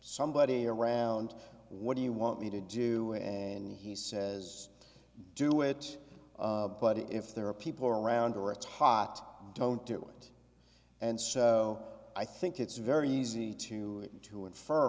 somebody around what do you want me to do and he says do it but if there are people around or it's hot don't do it and so i think it's very easy to to infer